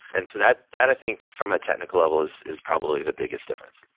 and so that that i think from a technical level is is probably the biggest difference.